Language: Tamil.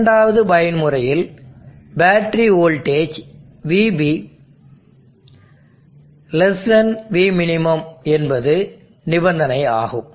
இரண்டாவது பயன்முறையில் பேட்டரி வோல்டேஜ் VB Vmin என்பது நிபந்தனை ஆகும்